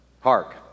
Hark